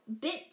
bit